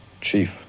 chief